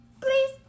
Please